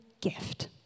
gift